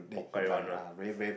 pok kai one lah